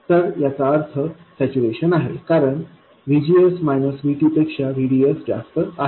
तर याचा अर्थ सॅच्युरेशन आहे कारण VGS VT पेक्षा VDS जास्त आहे